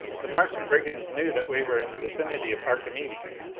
the martian brigands knew that we were in the vicinity of archimedes,